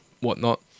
whatnot